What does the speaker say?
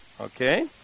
Okay